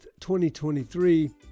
2023